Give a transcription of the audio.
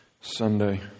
Sunday